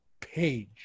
page